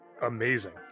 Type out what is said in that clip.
amazing